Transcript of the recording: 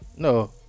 No